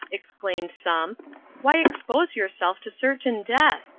exclaimed some why expose yourself to certain death?